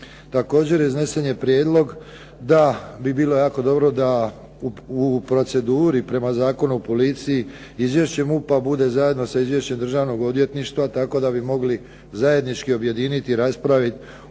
Također iznesen je prijedlog da bi bilo jako dobro da u proceduri prema Zakonu o policiji izvješće MUP-a bude zajedno sa izvješćem Državnog odvjetništva tako da bi mogli zajednički objediniti i raspravit oko